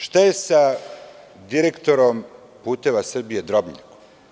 Šta je sa direktorom „Puteva Srbije“ Drobnjakom?